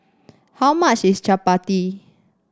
how much is chappati